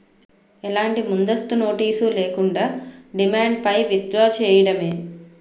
ఎలాంటి ముందస్తు నోటీస్ లేకుండా, డిమాండ్ పై విత్ డ్రా చేయడమే